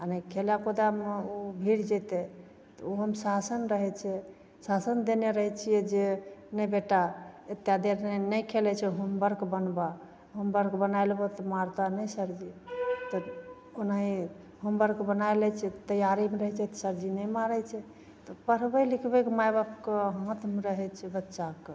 आओर नहि खेलै कुदैमे ओ भिड़ जेतै तऽ ओहोमे शासन रहै छै शासन देने रहै छिए जे नहि बेटा एतेक देर नहि खेलै छै होमवर्क बनबऽ होमवर्क बना लेबहो तऽ मारतऽ नहि सरजी तऽ ओनाहि होमवर्क बना लै छै तैआरीमे रहै छै सरजी नहि मारै छै तऽ पढ़बै लिखबैके माइ बापके हाथमे रहै छै बच्चाके